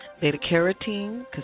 beta-carotene